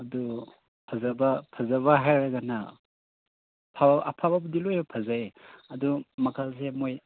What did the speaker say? ꯑꯗꯨ ꯐꯖꯕ ꯐꯖꯕ ꯍꯥꯏꯔꯒꯅ ꯑꯐꯕꯕꯨꯗꯤ ꯂꯣꯏꯅ ꯐꯖꯩ ꯑꯗꯨ ꯃꯈꯜꯁꯦ ꯃꯣꯏ